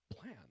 plan